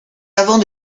avons